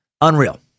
Unreal